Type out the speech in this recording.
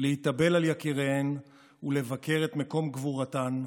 להתאבל על יקיריהן ולבקר את מקום קבורתם,